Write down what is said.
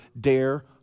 dare